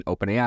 OpenAI